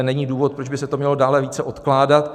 Není důvod, proč by se to mělo dále více odkládat.